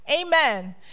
Amen